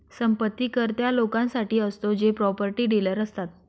संपत्ती कर त्या लोकांसाठी असतो जे प्रॉपर्टी डीलर असतात